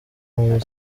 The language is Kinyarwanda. muri